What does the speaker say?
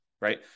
Right